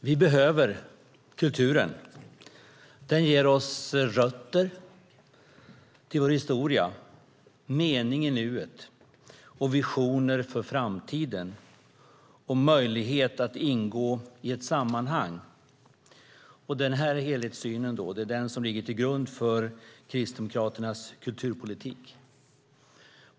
Herr talman! Vi behöver kulturen. Den ger oss rötter till vår historia, mening i nuet, visioner för framtiden och möjlighet att ingå i ett sammanhang. Det är denna helhetssyn som ligger till grund för Kristdemokraternas kulturpolitik.